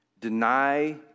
deny